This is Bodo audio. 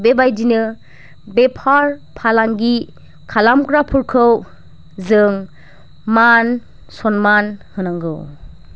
बेबायदिनो बेफार फालांगि खालामग्राफोरखौ जों मान सनमान होनांगौ